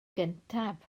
gyntaf